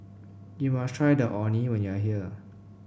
you must try the Orh Nee when you are here